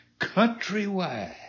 countrywide